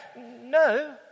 No